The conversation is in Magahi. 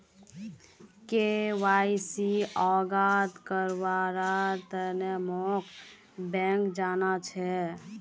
के.वाई.सी अवगत करव्वार तने मोक बैंक जाना छ